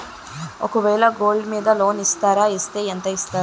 ఒక వేల గోల్డ్ మీద లోన్ ఇస్తారా? ఇస్తే ఎంత ఇస్తారు?